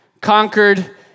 conquered